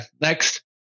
Next